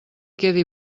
quedi